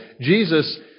Jesus